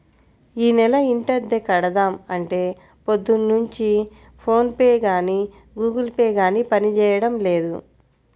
యీ నెల ఇంటద్దె కడదాం అంటే పొద్దున్నుంచి ఫోన్ పే గానీ గుగుల్ పే గానీ పనిజేయడం లేదు